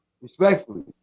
Respectfully